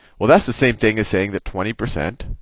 well, that's the same thing is saying that twenty percent